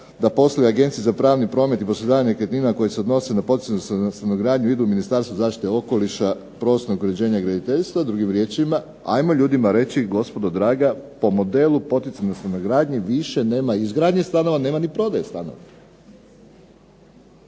da postoji Agencija za pravni promet i posredovanje nekretninama koji se odnose idu Ministarstvu zaštite okoliša, prostornog uređenja i graditeljstva, drugim riječima ajmo ljudima reći gospodo draga po modelu poticajne stanogradnje više nema izgradnje stanova, nema ni prodaje stanova.